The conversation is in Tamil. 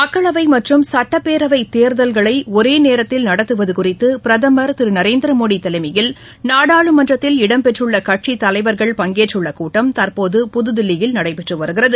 மக்களவை மற்றும் சட்டப்பேரவை தேர்தல்களை ஒரே நேரத்தில் நடத்துவது குறித்து பிரதமர் திரு நரேந்திர மோடி தலைமையில் நாடாளுமன்றத்தில் இடம்பெற்றுள்ள கட்சித் தலைவர்கள் பங்கேற்றுள்ள கூட்டம் தற்போது புதுதில்லியில் நடைபெற்று வருகிறது